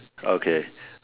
okay